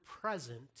present